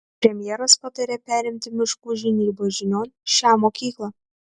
premjeras patarė perimti miškų žinybos žinion šią mokyklą